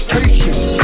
patience